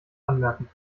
anmerken